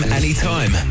anytime